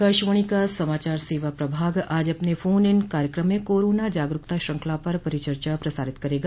आकाशवाणी का समाचार सेवा प्रभाग आज अपने फोन इन कार्यक्रम में कोरोना जागरूकता श्रृंखला पर परिचर्चा प्रसारित करेगा